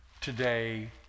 today